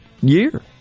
year